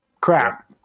crap